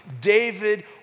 David